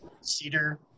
cedar